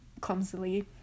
clumsily